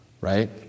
right